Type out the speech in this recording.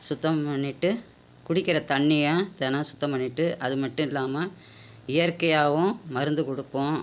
சுத்தம் பண்ணிட்டு குடிக்கிற தண்ணியை தினோம் சுத்தம் பண்ணிவிட்டு அது மட்டும் இல்லாமல் இயற்கையாகவும் மருந்து கொடுப்போம்